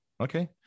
Okay